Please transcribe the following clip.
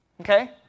okay